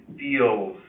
feels